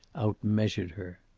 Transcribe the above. outmeasured her.